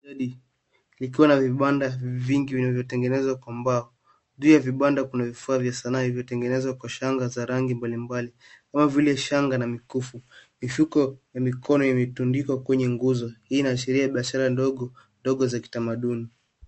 Kuna vibanda vingi vilivyotengenezwa kwa mbao. Ndani ya vibanda hivyo kuna vifaa vya sanaa vilivyotengenezwa kwa shanga za rangi mbalimbali, pamoja na mikufu na mapambo ya shanga. Mikeka na mikono ya mapambo imetundikwa kwenye nguzo. Hii ni ishara ya biashara ndogo ndogo za kitamaduni.